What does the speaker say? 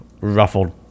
ruffled